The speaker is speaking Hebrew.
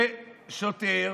ששוטר